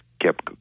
kept